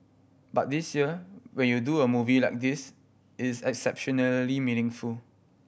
but this year when you do a movie like this it's exceptionally meaningful